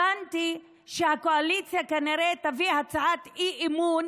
הבנתי שהקואליציה כנראה תביא הצעת אמון